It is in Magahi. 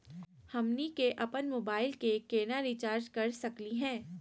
हमनी के अपन मोबाइल के केना रिचार्ज कर सकली हे?